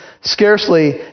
scarcely